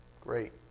Great